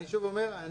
אני שוב אומר,